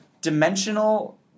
dimensional